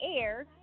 air